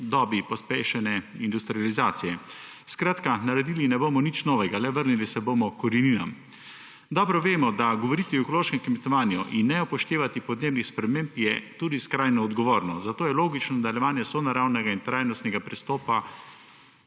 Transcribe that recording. dobi pospešene industrializacije. Skratka, naredili ne bomo nič novega, le vrnili se bomo h koreninam. Dobro vemo, da govoriti o ekološkem kmetovanju in ne upoštevati podnebnih sprememb je tudi skrajno neodgovorno, zato je logično nadaljevanje sonaravnega in trajnostnega pristopa